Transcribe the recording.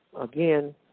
again